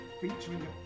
featuring